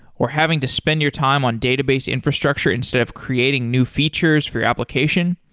or having to spend your time on database infrastructure instead of creating new features for your application?